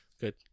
Good